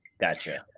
Gotcha